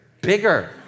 bigger